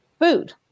food